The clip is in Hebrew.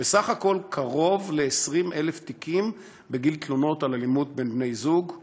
ובסך הכול קרוב ל-20,000 תיקים בגין תלונות על אלימות בין בני-זוג,